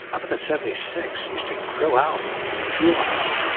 up at the seventy six, used to grill out at the fuel island,